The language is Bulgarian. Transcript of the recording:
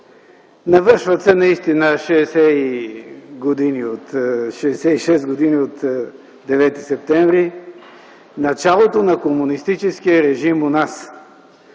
Навършват се, наистина, 66 години от Девети септември, началото на комунистическия режим у нас.